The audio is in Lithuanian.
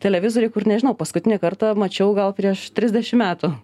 televizoriai kur nežinau paskutinį kartą mačiau gal prieš trisdešim metų